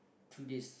two days